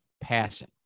passing